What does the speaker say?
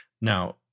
Now